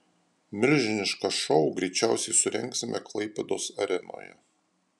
milžinišką šou greičiausiai surengsime klaipėdos arenoje